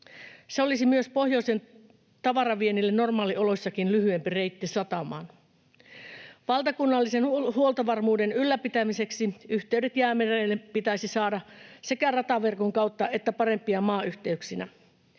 Se olisi myös pohjoisen tavaraviennille normaalioloissakin lyhyempi reitti satamaan. Valtakunnallisen huoltovarmuuden ylläpitämiseksi yhteydet Jäämerelle pitäisi saada sekä rataverkon kautta että parempina maayhteyksinä.